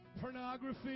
Pornography